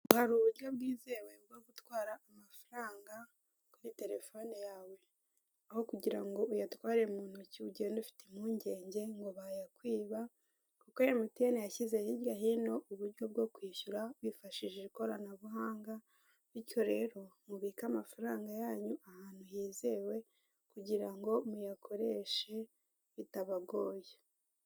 Hari uburyo bwizewe bwo gutwara amafaranga kuri telefone yawe, aho kugirango uyatware mu ntoki ugende ufite impungenge ngo bayakwiba, kuko emutiyene yashyize hirya hino uburyo bwo kwishyura wifashishije ikoranabuhanga. Bityo rero mubike amafaranga yanyu ahantu hizewe kugirango muyakoreshe bitabagoye.